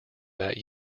that